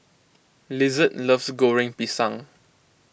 Lizette loves Goreng Pisang